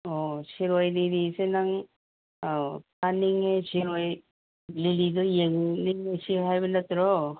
ꯑꯣ ꯁꯤꯔꯣꯏ ꯂꯤꯂꯤꯁꯦ ꯅꯪ ꯑꯥꯎ ꯀꯥꯅꯤꯡꯉꯦ ꯁꯤꯔꯣꯏ ꯂꯤꯂꯤꯗꯣ ꯌꯦꯡꯃꯤꯟꯅꯁꯤ ꯍꯥꯏꯕ ꯅꯠꯇ꯭ꯔꯣ